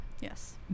Yes